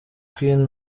queen